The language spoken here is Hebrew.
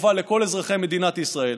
חובה לכל אזרחי מדינת ישראל,